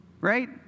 right